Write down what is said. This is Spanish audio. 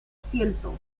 ciento